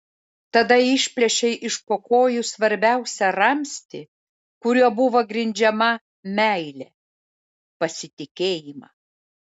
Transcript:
tada išplėšei iš po kojų svarbiausią ramstį kuriuo buvo grindžiama meilė pasitikėjimą